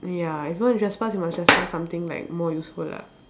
ya if you want to trespass you must trespass something like more useful lah